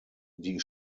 die